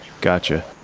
gotcha